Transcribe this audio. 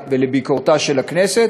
של הכנסת,